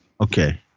Okay